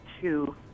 two